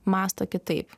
mąsto kitaip